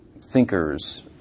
thinkers